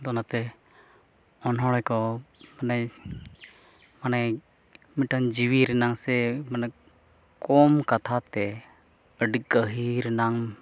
ᱟᱫᱚ ᱚᱱᱟᱛᱮ ᱚᱱᱚᱲᱦᱮ ᱠᱚ ᱢᱟᱱᱮ ᱚᱱᱮ ᱢᱤᱫᱴᱟᱝ ᱡᱤᱣᱤ ᱨᱮᱱᱟᱜ ᱥᱮ ᱢᱟᱱᱮ ᱠᱚᱢ ᱠᱟᱛᱷᱟᱛᱮ ᱟᱹᱰᱤ ᱜᱟᱹᱦᱤᱨ ᱨᱮᱱᱟᱜ